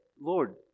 Lord